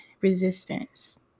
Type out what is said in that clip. resistance